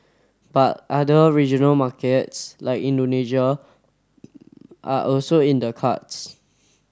but other regional markets like Indonesia are also in the cards